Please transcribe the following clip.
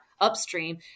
upstream